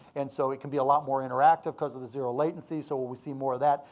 and so it can be a lot more interactive cause of the zero latency, so we'll we'll see more of that.